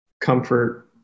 comfort